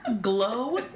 glow